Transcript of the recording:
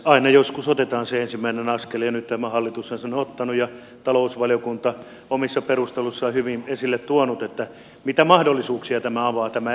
aina joskus otetaan se ensimmäinen askel ja nyt tämä hallitus on sen ottanut ja talousvaliokunta omissa perusteluissaan on hyvin esille tuonut mitä mahdollisuuksia tämä avaa